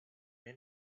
may